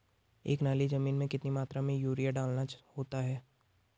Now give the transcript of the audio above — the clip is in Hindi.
एक नाली जमीन में कितनी मात्रा में यूरिया डालना होता है?